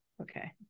Okay